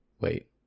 wait